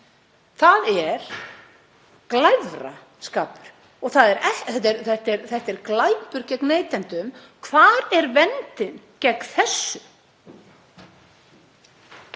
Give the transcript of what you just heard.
Það er glæfraskapur. Þetta er er glæpur gegn neytendum. Hvar er verndin gegn þessu?